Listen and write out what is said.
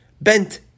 bent